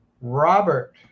Robert